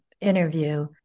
interview